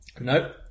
Nope